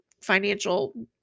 financial